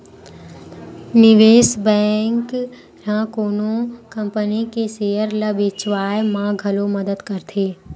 निवेस बेंक ह कोनो कंपनी के सेयर ल बेचवाय म घलो मदद करथे